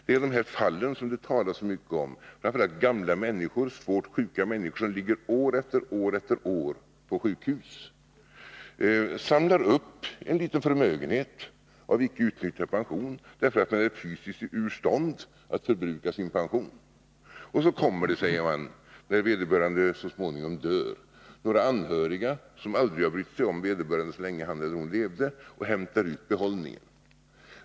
Det är de fall som det talas så mycket om och som gäller gamla, svårt sjuka människor som ligger år efter år på sjukhus. De samlar ihop en liten förmögenhet av icke utnyttjad pension, därför att de är fysiskt ur stånd att förbruka sina pengar. Och så kommer det, säger man, när vederbörande så småningom dör några anhöriga som aldrig har brytt sig om vederbörande så länge han eller hon levde, och hämtar ut behållningen!